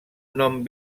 nom